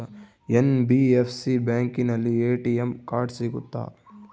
NBFC ಬ್ಯಾಂಕಿನಲ್ಲಿ ATM card ಸಿಗುತ್ತಾ?